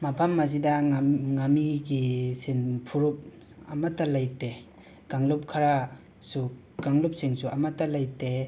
ꯃꯐꯝ ꯑꯁꯤꯗ ꯉꯥꯃꯤ ꯉꯥꯃꯤꯒꯤ ꯁꯤꯟ ꯐꯨꯔꯨꯞ ꯑꯃꯠꯇ ꯂꯩꯇꯦ ꯀꯥꯡꯂꯨꯞ ꯈꯔꯁꯨ ꯀꯥꯡꯂꯨꯞꯁꯤꯡꯁꯨ ꯑꯃꯠꯇ ꯂꯩꯇꯦ